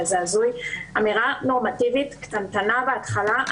אמירה נורמטיבית קטנה בהתחלה,